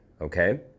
okay